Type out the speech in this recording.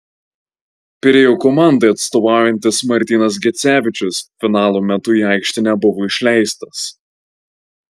pirėjo komandai atstovaujantis martynas gecevičius finalo metu į aikštę nebuvo išleistas